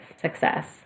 success